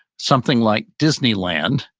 something like disneyland,